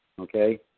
Okay